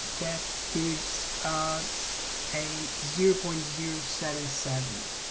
that gives us a zero point zero seven seven